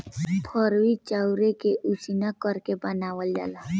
फरुई चाउरे के उसिना करके बनावल जाला